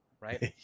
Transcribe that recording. right